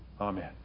Amen